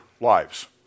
lives